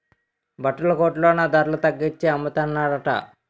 బట్టల కొట్లో నా ధరల తగ్గించి అమ్మతన్రట